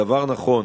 הדבר נכון